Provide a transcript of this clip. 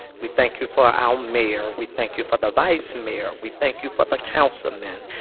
we thank you for our mayor. we thank you for the vice mayor. we thank you for the councilmen.